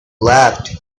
laughed